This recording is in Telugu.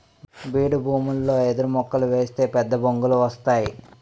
బీడుభూములలో ఎదురుమొక్కలు ఏస్తే పెద్దబొంగులు వస్తేయ్